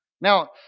Now